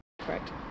Correct